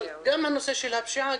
אבל גם הנושא של הפשיעה,